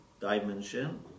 dimension